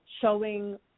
showing